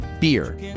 Beer